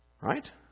Right